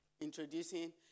introducing